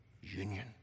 union